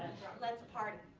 let's party!